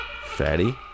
Fatty